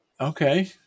Okay